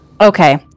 Okay